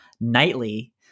nightly